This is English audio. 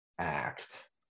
act